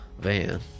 van